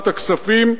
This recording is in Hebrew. הכספים,